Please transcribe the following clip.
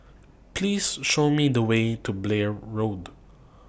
Please Show Me The Way to Blair Road